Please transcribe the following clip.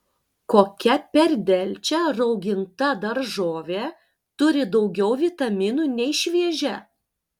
kokia per delčią rauginta daržovė turi daugiau vitaminų nei šviežia